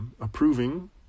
approving